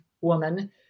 woman